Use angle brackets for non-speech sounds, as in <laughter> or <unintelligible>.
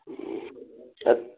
<unintelligible>